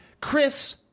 chris